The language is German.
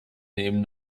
nehmen